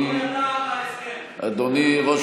אדוני ראש